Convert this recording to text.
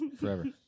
Forever